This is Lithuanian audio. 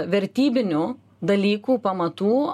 vertybinių dalykų pamatų